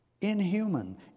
inhuman